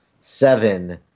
seven